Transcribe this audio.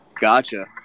Gotcha